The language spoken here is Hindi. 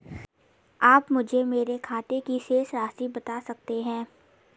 आप मुझे मेरे खाते की शेष राशि बता सकते हैं?